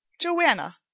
Joanna